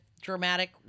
dramatic